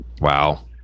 Wow